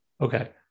okay